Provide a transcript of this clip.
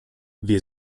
wir